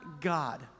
God